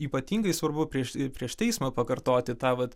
ypatingai svarbu prieš ir prieš teismą pakartoti tą vat